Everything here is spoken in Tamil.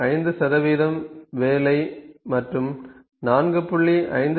5 வேலை மற்றும் 4